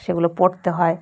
সেগুলো পড়তে হয়